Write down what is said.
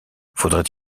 faudrait